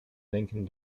senken